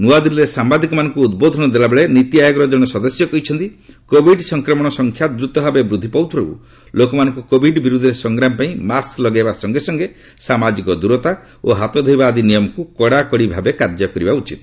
ନୂଆଦିଲ୍ଲୀରେ ସାମ୍ଭାଦିକମାନଙ୍କୁ ଉଦ୍ବୋଧନ ଦେଲାବେଳେ ନୀତି ଆୟୋଗର ଜଣେ ସଦସ୍ୟ କହିଛନ୍ତି କୋଭିଡ ସଂକ୍ରମଣ ସଂଖ୍ୟା ଦ୍ରତଭାବେ ବୃଦ୍ଧି ପାଉଥିବାରୁ ଲୋକମାନଙ୍କୁ କୋଭିଡ୍ ବିରୁଦ୍ଧରେ ସଂଗ୍ରାମ ପାଇଁ ମାସ୍କ ଲଗାଇବା ସଙ୍ଗେ ସଙ୍ଗେ ସାମାଜିକ ଦୂରତା ଓ ହାତ ଧୋଇବା ଆଦି ନିୟମକୁ କଡାକଡିଭାବେ କାର୍ଯ୍ୟ କରିବା ଉଚିତ